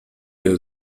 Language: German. der